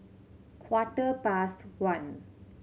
quarter past one